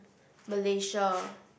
Malaysia